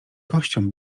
kością